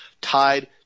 tied